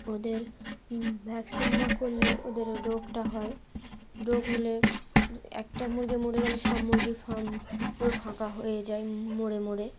ওদের ভ্যাকসিন না করলে ওদের রোগটা হয় রোগ হলে একটা মুরগি মরে গেলে সব মুরগি ফার্ম পুরো ফাঁকা হয়ে যায় মরে মরে